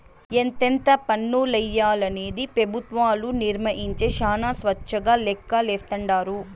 ఎంతెంత పన్నులెయ్యాలనేది పెబుత్వాలు నిర్మయించే శానా స్వేచ్చగా లెక్కలేస్తాండారు